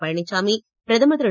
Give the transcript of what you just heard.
பழனிச்சாமி பிரதமர் திரு